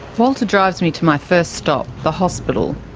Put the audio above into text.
walter drives me to my first stop, the hospital.